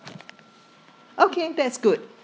okay that's good